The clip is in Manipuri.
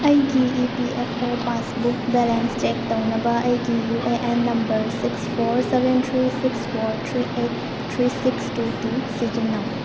ꯑꯩꯒꯤ E P F O passbook balance check ꯇꯧꯅꯕ ꯑꯩꯒꯤ U A N number six four seven three six four three eight three six two two ꯁꯤꯖꯤꯟꯅꯧ